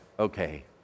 okay